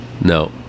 no